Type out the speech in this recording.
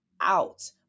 out